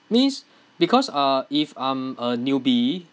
means because uh if I'm a newbie